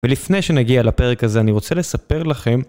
ולפני שנגיע לפרק הזה אני רוצה לספר לכם